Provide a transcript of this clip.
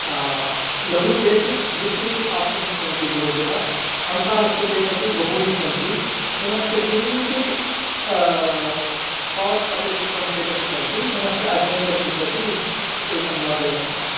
लघु चेत् द्वित्रि आप्षन्स् सन्ति भवत्भ्यः संसारस्य चेदपि बहूनि सन्ति पुनश्च किञ्चित् पार्श् अपेक्षितं चेदपि सन्ति पुनश्च आड्वेञ्चर् कृतेपि एकं वा द्वयं सन्ति